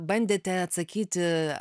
bandėte atsakyti